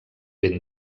ben